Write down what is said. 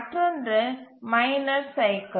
மற்றொன்று minor cycle